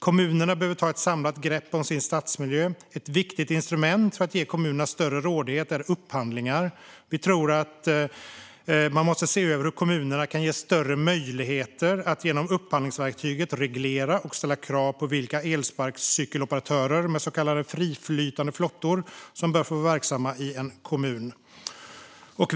Kommunerna behöver ta ett samlat grepp om sin stadsmiljö. Ett viktigt instrument för att ge kommunerna större rådighet är upphandlingar, och vi tror att man måste se över hur kommunerna kan ges större möjlighet att genom upphandlingsverktyget reglera och ställa krav på vilka elsparkcykeloperatörer med så kallade friflytande flottor som bör få vara verksamma i en kommun.